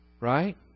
right